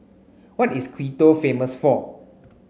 what is Quito famous for